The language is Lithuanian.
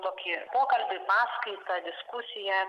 tokį pokalbį paskaitą diskusiją